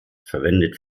verwendet